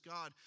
God